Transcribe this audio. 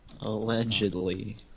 Allegedly